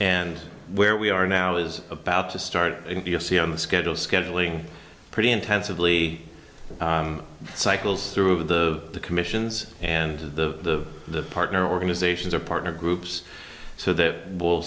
and where we are now is about to start you see on the schedule scheduling pretty intensively cycles through the commissions and the partner organizations or partner groups so that will